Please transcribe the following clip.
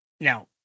Now